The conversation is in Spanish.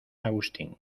agustín